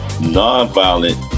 non-violent